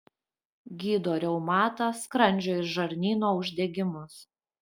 gydo reumatą skrandžio ir žarnyno uždegimus